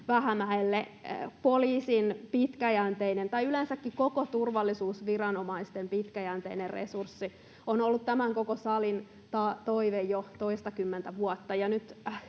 Vähämäelle. Kaikkien turvallisuusviranomaisten pitkäjänteinen resurssi on ollut tämän koko salin toive jo toistakymmentä vuotta,